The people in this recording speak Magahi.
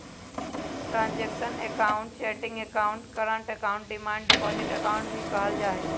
transactional account checking account, current account, demand deposit account भी कहल जाहई